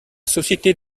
société